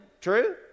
True